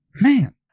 Man